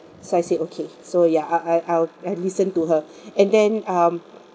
so I said okay so ya I'll I'll I'll I'll listen to her and then um